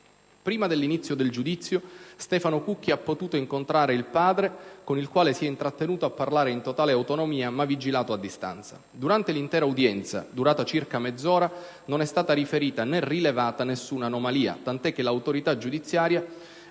Prima dell'inizio del giudizio Stefano Cucchi ha potuto incontrare il padre, con il quale si è intrattenuto a parlare in totale autonomia ma vigilato a distanza. Durante l'intera udienza, durata circa mezz'ora, non è stata riferita né rilevata nessuna anomalia, tant'è che l'autorità giudiziaria